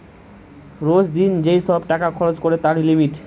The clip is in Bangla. রোজ দিন যেই সব টাকা খরচ করে তার লিমিট